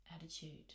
attitude